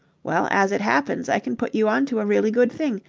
well, as it happens, i can put you on to a really good thing.